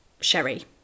sherry